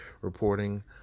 reporting